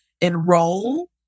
enroll